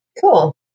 Cool